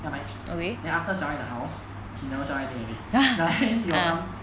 ya my age then after selling the house he never sell anything already he got some